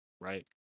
right